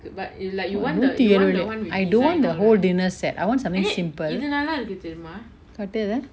ah நூதிஎளு வெள்ளி:noothielu velli I don't the whole dinner set I want something simple காட்டு அத:kaatu atha